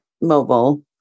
mobile